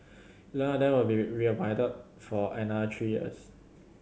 eleven of them will be reappointed for another three years